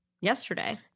yesterday